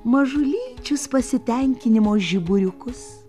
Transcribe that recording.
mažulyčius pasitenkinimo žiburiukus